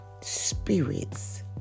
spirits